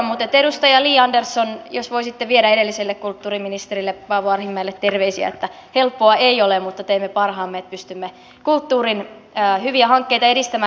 mutta edustaja li andersson jos voisitte viedä edelliselle kulttuuriministerille paavo arhinmäelle terveisiä että helppoa ei ole mutta teemme parhaamme että pystymme kulttuurin hyviä hankkeita edistämään